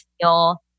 feel